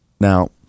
now